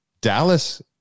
Dallas